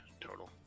total